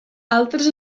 altres